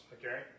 Okay